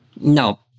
no